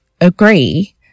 agree